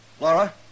Laura